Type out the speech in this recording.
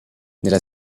nella